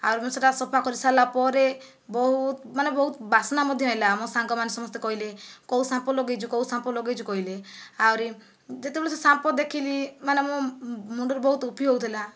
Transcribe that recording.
ଆହୁରି ମୁଁ ସେଟା ସଫା କରି ସରିଲା ପରେ ବହୁତ ମାନେ ବହୁତ ବାସ୍ନା ମଧ୍ୟ ହେଲା ମୋ ସାଙ୍ଗମାନେ ସମସ୍ତେ କହିଲେ କେଉଁ ସାମ୍ପୁ ଲଗାଇଛୁ କେଉଁ ସାମ୍ପୁ ଲଗାଇଛୁ କହିଲେ ଆହୁରି ଯେତେବେଳେ ସେ ସାମ୍ପୁ ଦେଖିଲି ମାନେ ମୋ ମୁଣ୍ଡରେ ବହୁତ ରୂପୀ ହେଉଥିଲା